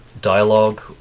dialogue